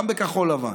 גם בכחול לבן,